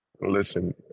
Listen